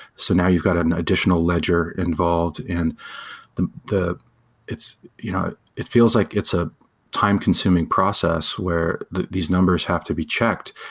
so now you've got an additional ledger involved in the the you know it feels like it's a time-consuming process where these numbers have to be checked,